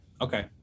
Okay